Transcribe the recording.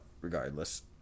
regardless